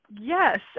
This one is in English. Yes